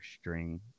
string